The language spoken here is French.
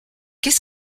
qu’est